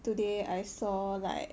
today I saw like